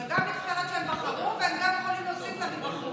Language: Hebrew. זו גם נבחרת שהם בחרו וגם הם יכולים להוסיף לה מבחוץ.